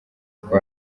uko